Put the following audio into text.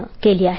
ने केली आहे